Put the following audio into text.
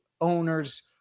owners